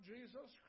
Jesus